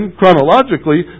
chronologically